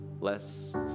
less